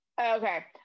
Okay